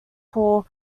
paul